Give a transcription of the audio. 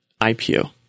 IPO